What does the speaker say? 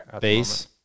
base